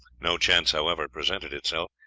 no chance, however, presented itself.